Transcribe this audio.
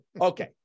Okay